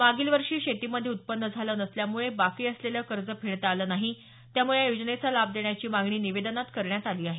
मागील वर्षी शेतीमध्ये उत्पन्न झालं नसल्यामुळे बाकी असलेलं कर्ज फेडता आलं नाही त्यामुळे या योजनेचा लाभ देण्याची मागणी निवेदनात करण्यात आली आहे